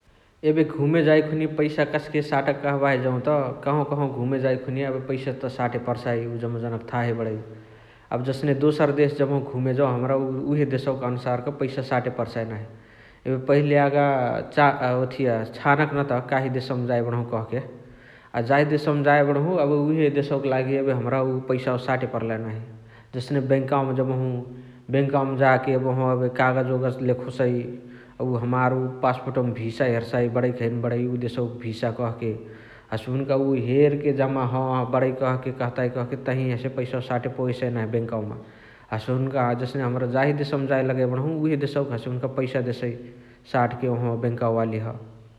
एबे घुमे जाए खुनिया पैसा कस्के साटके कहबाही जौत कहवा कहवा घुमे जाए खुनिय पैसा त साटे पर्साइ उअ जम्मा जनक थाहे बणइ । जस्ने दोसर देश जेबहु घुमे जौ हमरा उहे देसौ अनुसारक पैसा साटे पर्साइ नाही । एबे पहिल यागा ओथिया छानके नत काही देसौमा जाइ बणहु कहके । अ देसौमा जाइ बणहु उहे देसौक लागी हमरा पैसावा साटे पर्लाई नाही । जस्ने बेङ्कावमा जेबहु बेङ्कावमा जाके ओहवा एबे कागज ओगज लेखोसइ । उअ हमार पस्स्पोर्टवमा भिसा हेर्साइ बणइकी हैन बणइ उ देसौक भिसा कहके । हसे उअ हुन्का हेरके जम्मा ह बणइ कहाँके कहाँतइ कहाँके तही हसे पैसावा साटे पवेसइ नाही बेङ्कावमा । हसे हुन्क हमरा जाही देसौमा जाए लगइ बणहु उहे देसौक हसे पैसा देसइ साटके ओहवा बेङ्कावालिह ।